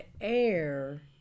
air